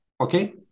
okay